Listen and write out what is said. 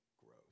grows